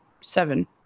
seven